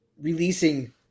releasing